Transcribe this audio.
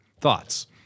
Thoughts